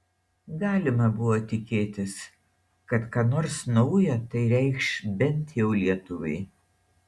galima buvo tikėtis kad ką nors nauja tai reikš bent jau lietuvai